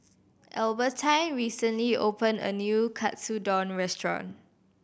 Albertine recently opened a new Katsudon Restaurant